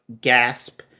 Gasp